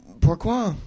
pourquoi